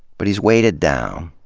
but he's weighted down.